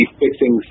fixing